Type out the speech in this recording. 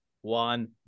one